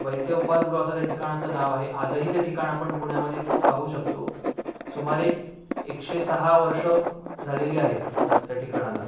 वैद्य उपहारगृह असं जे ठिकाणाचं नाव आहे आजही ते ठिकाण आपण पुण्यामध्ये पाहू शकतो सुमारे एकशे सहा वर्ष झालेली आहेत आज त्या ठिकाणाला